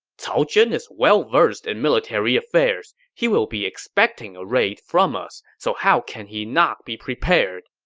cao zhen is well-versed in military affairs. he will be expecting a raid from us, so how can he not be prepared?